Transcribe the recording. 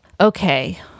Okay